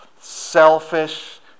selfish